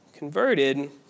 converted